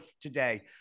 today